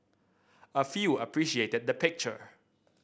a few appreciated the picture